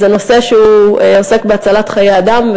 זה נושא שעוסק בהצלת חיי אדם,